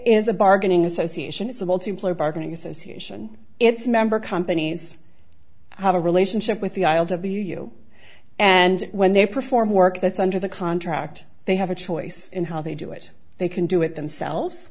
is a bargaining association it's a multiplayer bargaining association its member companies have a relationship with the isle wu and when they perform work that's under the contract they have a choice in how they do it they can do it themselves